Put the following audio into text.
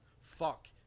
fuck